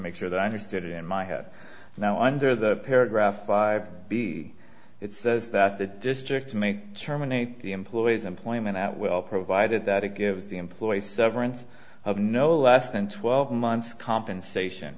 make sure that i understood it in my head now under the paragraph five be it says that the district to make terminate the employee's employment at will provided that it gives the employee a severance of no less than twelve months compensation